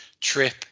trip